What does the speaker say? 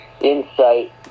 insight